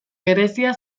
berezia